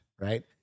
right